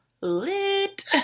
lit